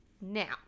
now